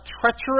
treacherous